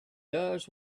does